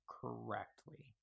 correctly